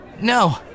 No